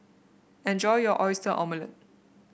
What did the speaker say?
enjoy your Oyster Omelette